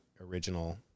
original